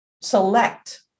select